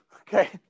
okay